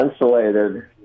insulated